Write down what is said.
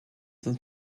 his